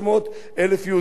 יש לנו היום ברמת-הגולן,